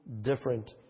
different